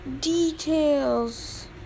details